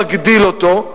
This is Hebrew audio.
מגדיל אותו,